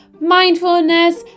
mindfulness